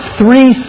three